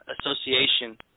association